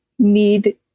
need